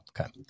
Okay